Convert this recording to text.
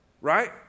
Right